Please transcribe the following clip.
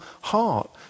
heart